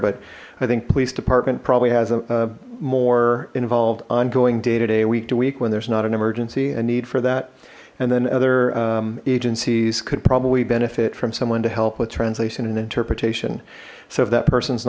but i think police department probably has a more involved ongoing day to day week to week when there's not an emergency a need for that and then other agencies could probably benefit from someone to help with translation and interpretation so if that person's